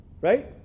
Right